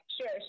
Sure